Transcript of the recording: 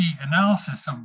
analysis